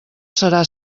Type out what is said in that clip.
serà